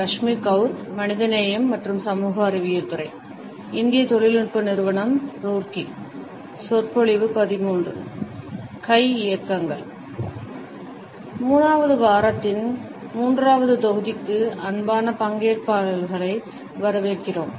3 வது வாரத்தின் 3 வது தொகுதிக்கு அன்பான பங்கேற்பாளர்களை வரவேற்கிறோம்